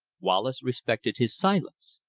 wallace respected his silence.